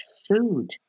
food